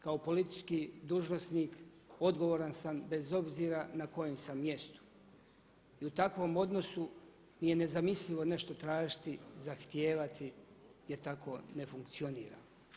Kao politički dužnosnik odgovoran sam bez obzira na kojem sam mjestu i u takvom odnosu mi je nezamislivo nešto tražiti, zahtijevati jer tako ne funkcioniram.